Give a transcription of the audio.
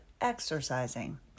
exercising